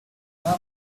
how